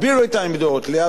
להיאבק למען העמדות,